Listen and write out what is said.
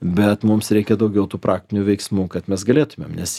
bet mums reikia daugiau tų praktinių veiksmų kad mes galėtumėm nes